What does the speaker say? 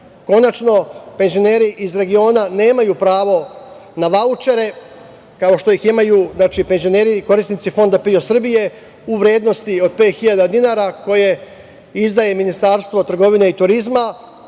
penzioneri iz regiona nemaju pravo na vaučere, kao što ih imaju penzioneri korisnici Fonda PIO Srbije u vrednosti od pet hiljada dinara, koje izdaje Ministarstvo trgovine i turizma